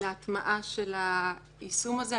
להטמעה של היישום הזה.